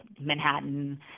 Manhattan